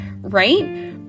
right